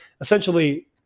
essentially